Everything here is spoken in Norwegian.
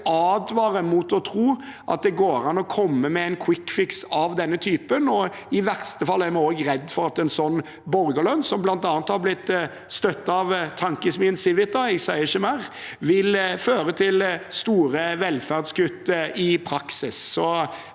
vi vil advare mot å tro at det går an å komme med en kvikkfiks av denne typen. I verste fall er vi også redd for at en sånn borgerlønn, som bl.a. har blitt støttet av tankesmien Civita – jeg sier ikke mer – vil føre til store velferdskutt i praksis.